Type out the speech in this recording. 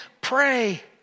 pray